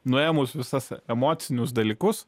nuėmus visas emocinius dalykus